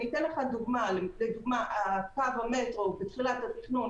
אני אתן לך דוגמה: בתחילת התכנון